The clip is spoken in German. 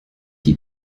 die